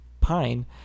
Pine